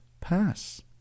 pass